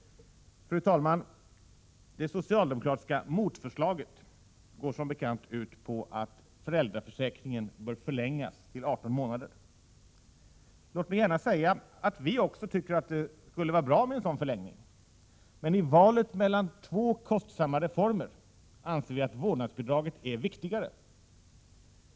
Fru talman! Det socialdemokratiska motförslaget går som bekant ut på att föräldraförsäkringen bör förlängas till att gälla i 18 månader. Låt mig gärna säga att också vi tycker att det skulle vara bra med en sådan förlängning. Men i valet mellan två kostsamma reformer anser vi att vårdnadsbidraget är viktigare.